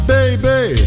Baby